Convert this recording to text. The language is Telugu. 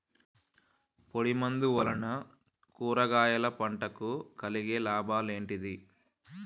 పొడిమందు వలన కూరగాయల పంటకు కలిగే లాభాలు ఏంటిది?